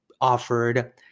offered